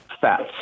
fats